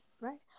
Right